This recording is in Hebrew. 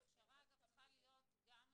ההכשרה, אגב, צריכה להיות גם למורים.